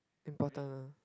important ah